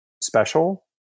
special